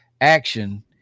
action